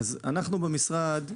אנחנו במשרד,